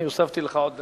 אני הוספתי לך עוד דקה.